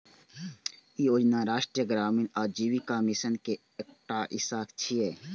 ई योजना राष्ट्रीय ग्रामीण आजीविका मिशन के एकटा हिस्सा छियै